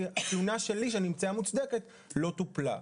כי התלונה שלי שנמצאה מוצדקת לא טופלה.